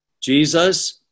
Jesus